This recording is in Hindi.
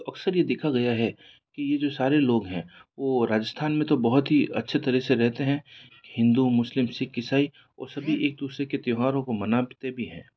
तो अक्सर यह देखा गया है कि यह जो सारे लोग हैं वह राजस्थान में तो बहुत ही अच्छे तरह से रहते हैं हिंदू मुस्लिम सिख ईसाई और सभी एक दूसरे के त्योहारों को मानते भी हैं